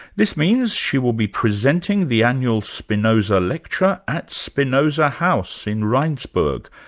this means she will be presenting the annual spinoza lecture at spinoza house in rijnsburg,